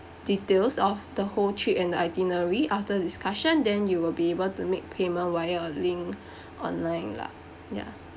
details of the whole trip and itinerary after discussion then you will be able to make payment via a link online lah ya